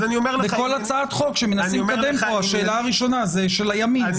בכל הצעת חוק שמנסים לקדם פה השאלה הראשונה של הימין זה,